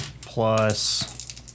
plus